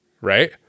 Right